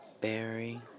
Barry